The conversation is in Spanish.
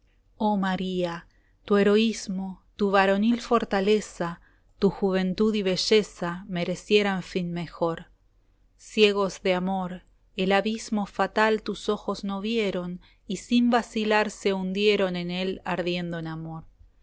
oh maría tu heroísmo tu varonil fortaleza tu juventud y belleza merecieran fin mejor ciegos de amor el abismo fatal tus ojos no vieron y sin vacilar se hundieron en él ardiendo en amor